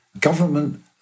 government